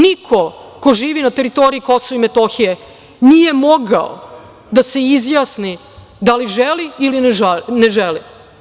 Niko ko živi na teritoriji Kosova i Metohije nije mogao da se izjasni da li želi ili ne želi.